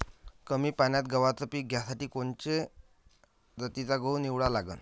कमी पान्यात गव्हाचं पीक घ्यासाठी कोनच्या जातीचा गहू निवडा लागन?